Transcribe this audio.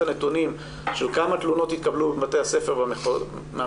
הנתונים לגבי כמה תלונות התקבלו מבתי הספר מהמחוזות